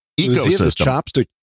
ecosystem